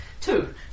two